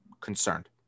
concerned